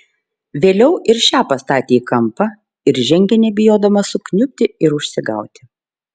vėliau ir šią pastatė į kampą ir žengė nebijodama sukniubti ir užsigauti